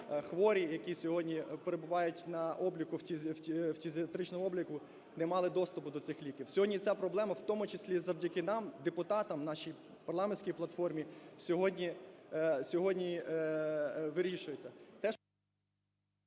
хворі, які сьогодні перебувають на обліку, фтизіатричному обліку, не мали доступу до цих ліків. Сьогодні ця проблема, в тому числі завдяки нам, депутатам, нашій парламентській платформі, сьогодні вирішується.